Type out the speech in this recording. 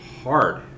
hard